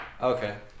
okay